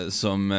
som